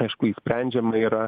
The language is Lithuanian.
aišku išsprendžiama yra